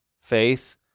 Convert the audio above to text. faith